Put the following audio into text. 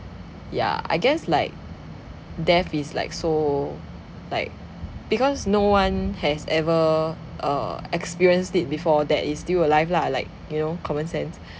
ya I guess like death is like so like because no one has ever err experienced it before that is still alive lah like you know common sense